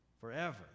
forever